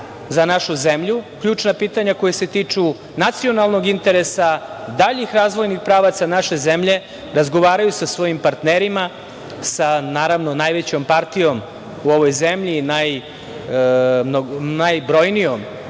za našu zemlju, ključna pitanja koja se tiču nacionalnog interesa, daljih razvojnih pravaca naše zemlje, razgovaraju sa svojim partnerima, sa najvećom partijom u ovoj zemlji, najbrojnijom,